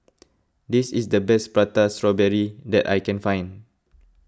this is the best Prata Strawberry that I can find